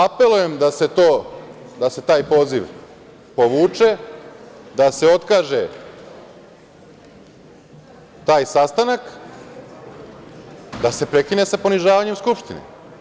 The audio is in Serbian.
Apelujem da se taj poziv povuče, da se otkaže taj sastanak, da se prekine sa ponižavanjem Skupštine.